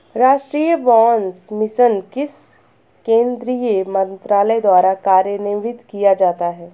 राष्ट्रीय बांस मिशन किस केंद्रीय मंत्रालय द्वारा कार्यान्वित किया जाता है?